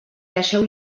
deixeu